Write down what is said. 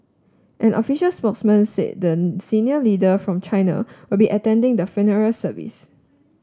an official spokesman said then senior leader from China will be attending the funeral service